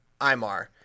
Imar